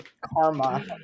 Karma